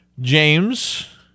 James